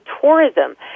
tourism